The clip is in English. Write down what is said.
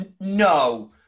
no